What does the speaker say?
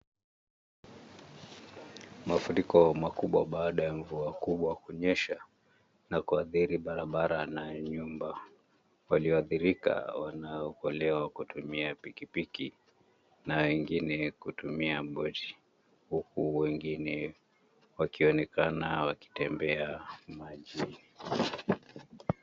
Mafuriko makubwa baada ya mvua kubwa kunyesha, na kuathiri barabara na nyumba, walioathirika wanaokolewa kutumia pikipiki, na wengine kutumia boti, huku wengine, wakionekana wakitembea, majini.